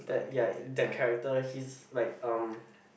that ya that character he's like um